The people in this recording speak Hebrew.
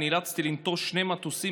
נאלצתי לנטוש שני מטוסים,